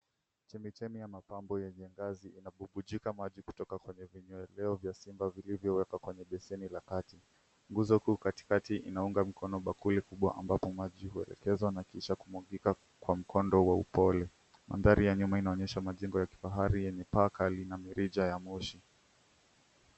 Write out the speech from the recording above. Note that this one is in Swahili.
Chemichemi ya mapambo yenye ngazi, inabubujika maji kutoka kwenye vinyeleo vya simba vilivyowekwa kwenye baseni la kati. Nguzo kuu katikati inaunga mkono bakuli kubwa ambapo maji huelekezwa na kisha kumwangika kwa mkondo wa upole. Mandhari ya nyuma inaonyesha majengo ya kifahari yenye paa kali, na mirija ya moshi.